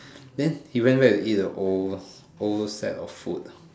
then he went back to eat the old set of food